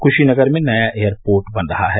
कुशीनगर में नया एयरपोर्ट बन रहा है